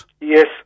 Yes